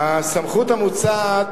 הסמכות המוצעת